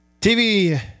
TV